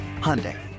Hyundai